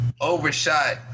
overshot